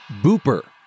Booper